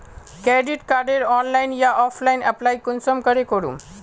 Credit कार्डेर online या offline apply कुंसम करे करूम?